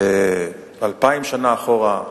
2,000 שנה אחורה,